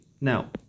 now